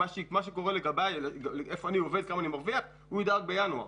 מה שקורה לגבי ואיפה אני עובד וכמה אני מרוויח הוא יידע רק בינואר